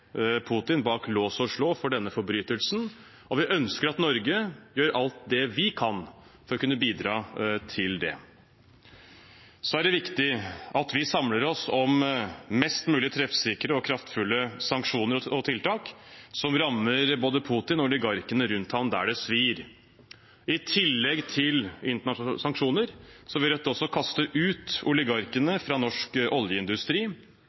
bak lås og slå for denne forbrytelsen, og vi ønsker at Norge gjør alt det vi kan for å bidra til det. Så er det viktig at vi samler oss om mest mulig treffsikre og kraftfulle sanksjoner og tiltak, som rammer både Putin og oligarkene rundt ham der det svir. I tillegg til internasjonale sanksjoner vil Rødt også kaste ut oligarkene fra norsk oljeindustri.